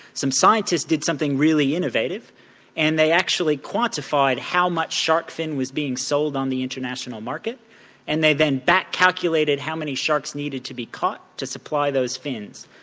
some scientists did something really innovative and they actually quantified how much shark fin was being sold on the international market and they then back calculated how many sharks needed to be caught to supply those fins.